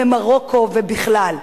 ממרוקו ובכלל,